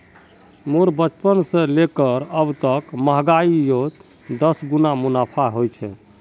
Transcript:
मोर बचपन से लेकर अब तक महंगाईयोत दस गुना मुनाफा होए छे